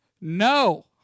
No